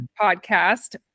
podcast